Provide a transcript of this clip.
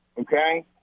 okay